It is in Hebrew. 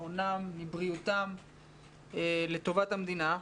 מאונם ומבריאותם לטובת המדינה.